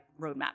roadmap